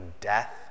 death